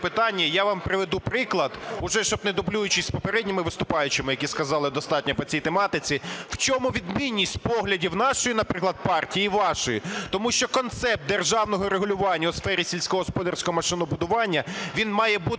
питання. Я вам приведу приклад, уже щоб не дублюватись з попередніми виступаючими, які сказали достатньо по цій тематиці, у чому відмінність поглядів нашої, наприклад, партії і вашої. Тому що концепт державного регулювання у сфері сільськогосподарського машинобудування, він має бути